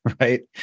right